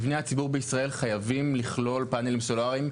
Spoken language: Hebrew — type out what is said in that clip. מבני הציבור בישראל חייבים לכלול פאנלים סולריים,